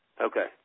Okay